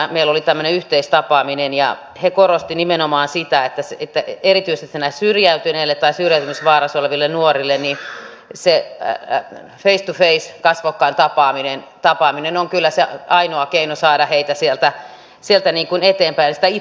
meillä oli tämmöinen yhteistapaaminen ja he korostivat nimenomaan sitä että erityisesti näille syrjäytyneille ja syrjäytymisvaarassa oleville nuorille se face to face kasvokkain tapaaminen on kyllä se ainoa keino saada heillä eteenpäin sitä itseluottamusta